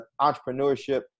entrepreneurship